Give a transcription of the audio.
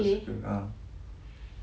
tak suka ah